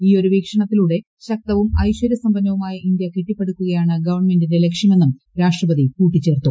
ഈയൊരു വീക്ഷണത്തിലൂടെ ശക്തവും ഐശ്ചര്യ സമ്പന്നവുമായ ഇന്ത്യ കെട്ടിപ്പടുക്കുകയാണ് ഗവൺമെന്റിന്റെ ലക്ഷ്യമെന്നും രാഷ്ട്രപതി കൂട്ടിച്ചേർത്തു